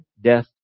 death